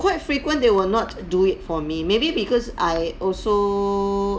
quite frequent they will not do it for me maybe because I also